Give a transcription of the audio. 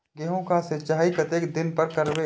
गेहूं का सीचाई कतेक दिन पर करबे?